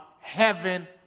heaven